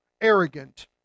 arrogant